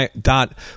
dot